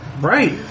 Right